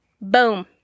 Boom